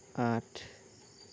আঠ